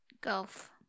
Golf